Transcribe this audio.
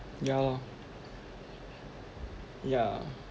ya lor yeah